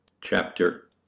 Chapter